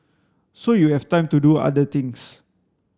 so you have time to do other things